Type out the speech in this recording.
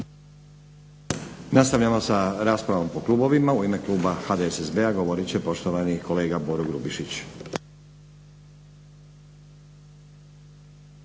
Nastavljamo sa raspravom po klubovima. U ime Kluba HDSSB-a govoriti će poštovani kolega Boro Grubišić.